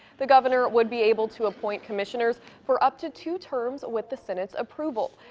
the governor would be able to appoint commissioners for up to two terms, with the senate's approval.